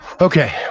Okay